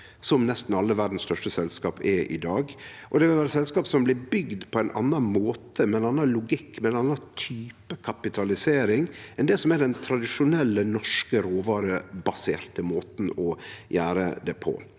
som nesten alle verdas største selskap er i dag. Det vil vere selskap som blir bygde på ein annan måte, med ein annan logikk, med ein annan type kapitalisering enn det som er den tradisjonelle norske råvarebaserte måten å gjere det på.